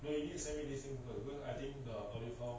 is really simple I didn't qualify